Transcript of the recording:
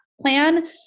plan